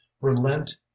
relent